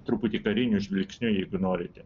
truputį kariniu žvilgsniu jeigu norite